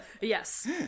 Yes